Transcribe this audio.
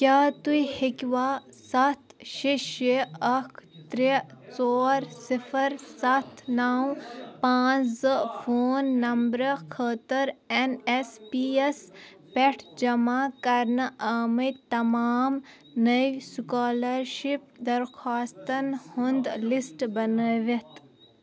کیٛاہ تُہۍ ہیٚکوا سَتھ شےٚ شےٚ اَکھ ترٛےٚ ژور صِفر سَتھ نَو پانٛژھ زٕ فون نمبرٕ خٲطر اٮ۪ن ایس پی یَس پٮ۪ٹھ جمع کرنہٕ آمٕتۍ تمام نٔوۍ سُکالرشِپ درخواستَن ہُنٛد لسٹ بنٲوِتھ